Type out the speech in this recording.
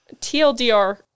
TLDR